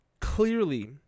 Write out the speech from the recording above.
clearly